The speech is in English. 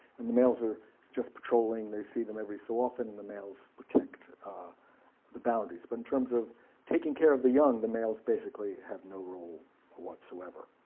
and the males are just patrolling. they see them every so often and the males protect the boundaries. but in terms of taking care of the young the males basically have no role whatsoever.